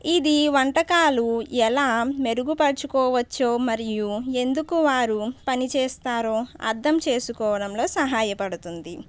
ఇది వంటకాలు ఎలా మెరుగుపరచుకోవచ్చో మరియు ఎందుకు వారు పని చేస్తారో అర్థం చేసుకోవడంలో సహాయపడుతుంది